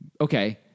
Okay